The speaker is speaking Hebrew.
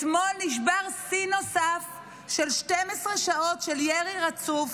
אתמול נשבר שיא נוסף של 12 שעות של ירי רצוף,